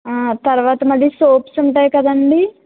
తరువాత మరి సోప్స్ ఉంటాయి కదండీ